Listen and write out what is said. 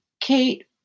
Kate